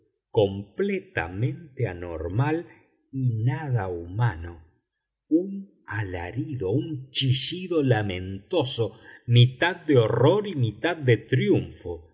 completamente anormal y nada humano un alarido un chillido lamentoso mitad de horror y mitad de triunfo